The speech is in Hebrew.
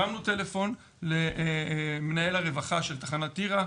הרמנו טלפון למנהל הרווחה של תחנת טירה.